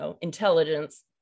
intelligence